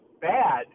bad